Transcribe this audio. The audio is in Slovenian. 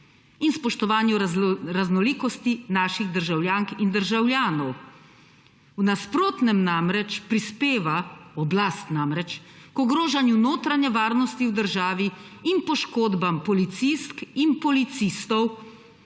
in spoštovanju raznolikosti naših državljank in državljanov. V nasprotnem namreč prispeva, oblast namreč, k ogrožanju notranje varnosti v državi in poškodbam policistk in policistov.